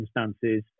circumstances